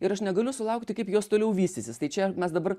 ir aš negaliu sulaukti kaip jos toliau vystysis tai čia mes dabar